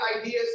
ideas